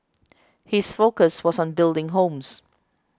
his focus was on building homes